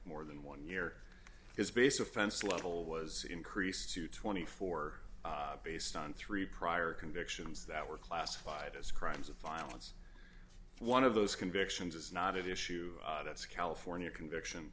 more than one year his base of offense level was increased to twenty four dollars based on three prior convictions that were classified as crimes of violence one of those convictions is not an issue that's a california conviction